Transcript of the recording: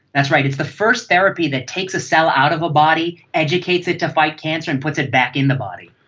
that's right, it's the first therapy that takes a cell out of the body, educates it to fight cancer and puts it back in the body.